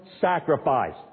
sacrifice